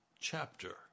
chapter